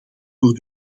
voor